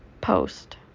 post